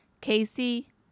Casey